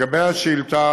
לגבי השאילתה,